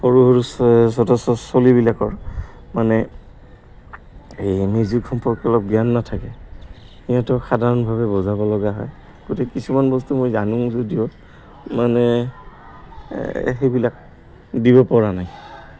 সৰু সৰু ছোৱালীবিলাকৰ মানে এই মেউজিক সম্পৰ্কে অলপ জ্ঞান নাথাকে সিহঁতক সাধাৰণভাৱে বজাব লগা হয় গতিকে কিছুমান বস্তু মই জানো যদিও মানে সেইবিলাক দিব পৰা নাই